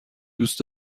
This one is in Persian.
دوست